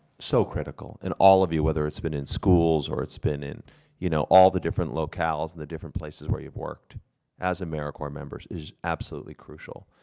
so critical, and all of you whether it's been in schools or it's been in you know all the different locales, the different places that you've worked as americorps members is absolutely crucial.